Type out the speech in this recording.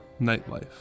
Nightlife